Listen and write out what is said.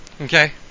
Okay